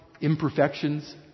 imperfections